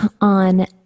on